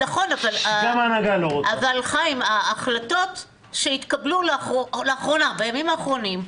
אבל ההחלטות שהתקבלו בימים האחרונים,